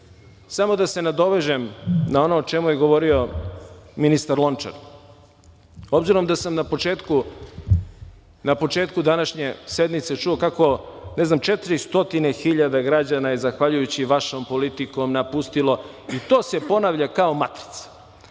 samo da se nadovežem na ono o čemu je govorio ministar Lončar, obzirom da sam na početku današnje sednice čuo kako, ne znam, 400 hiljada građana je vašom politikom napustilo i to se ponavlja kao matrica.